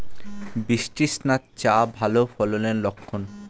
বৃষ্টিস্নাত চা গাছ ভালো ফলনের লক্ষন